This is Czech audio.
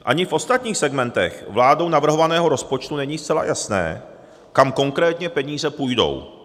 Ani v ostatních segmentech vládou navrhovaného rozpočtu není zcela jasné, kam konkrétně peníze půjdou.